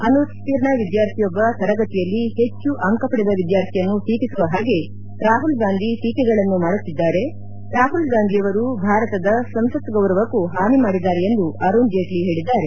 ಅನುತ್ತೀರ್ಣ ವಿದ್ಯಾರ್ಥಿಯೊಬ್ಬ ತರಗತಿಯಲ್ಲಿ ಹೆಚ್ಚು ಅಂಕ ಪಡೆದ ವಿದ್ಯಾರ್ಥಿಯನ್ನು ಟೀಕಿಸುವ ಹಾಗೆ ರಾಹುಲ್ ಗಾಂಧಿ ಟೀಕೆಗಳನ್ನು ಮಾಡುತ್ತಿದ್ದಾರೆ ರಾಹುಲ್ ಗಾಂಧಿ ಅವರು ಭಾರತದ ಸಂಸತ್ ಗೌರವಕ್ಕೂ ಹಾನಿ ಮಾಡಿದ್ದಾರೆ ಎಂದು ಅರುಣ್ ಜೇಟ್ಲಿ ಹೇಳಿದ್ದಾರೆ